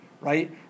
right